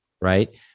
Right